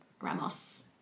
ramos